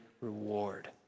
reward